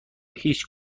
هیچ